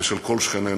ושל כל שכנינו.